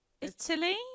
Italy